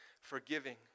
forgiving